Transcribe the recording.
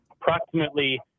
approximately